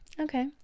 okay